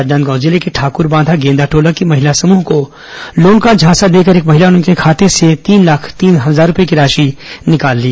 राजनांदगांव जिले के ठाकूरबांधा गेंदाटोला की महिला समूह को लोन का झांसा देकर एक महिला ने उनके खाते से तीन लाख तीन हजार रूपये की राशि निकाल ली